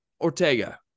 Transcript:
Ortega